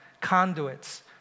conduits